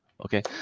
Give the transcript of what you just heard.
Okay